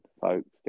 Folks